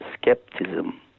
skepticism